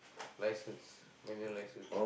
license manual license